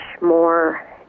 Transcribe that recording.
more